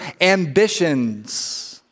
ambitions